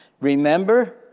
Remember